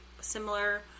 similar